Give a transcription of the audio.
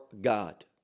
God